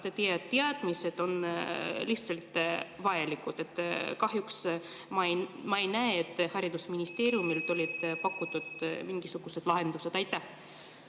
teadmised on lihtsalt vajalikud. Kahjuks ma ei näe, et haridusministeerium oleks pakkunud mingisuguseid lahendusi. Aitäh!